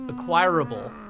acquirable